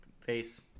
face